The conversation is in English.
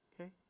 Okay